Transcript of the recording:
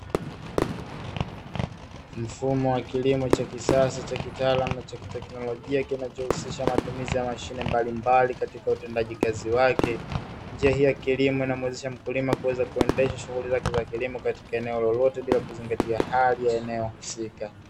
Mfumo wa kilimo cha kisasa cha kitaalamu, na cha kiteknolojia kinachohusisha matumizi ya mashine mbalimbali katika utendaji kazi wake; njia hii ya kilimo inamuwezesha mkulima kuweza kuendesha shughuli zake za kilimo katika eneo lolote bila kuzingatia hali ya eneo husika.